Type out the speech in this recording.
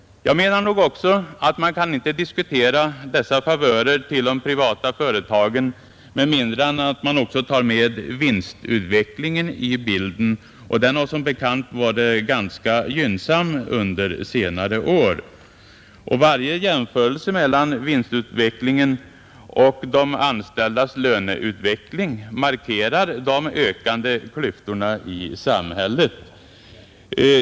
Jag menar nog också att man inte kan diskutera dessa favörer till de privata företagen med mindre än att man även tar med vinstutvecklingen i bilden. Den har som bekant varit ganska gynnsam under senare år. Varje jämförelse mellan vinstutvecklingen och de anställdas löneutveckling markerar de ökande klyftorna i samhället.